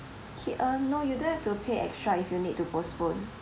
okay uh no you don't have to pay extra if you need to postpone